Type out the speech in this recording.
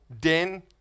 den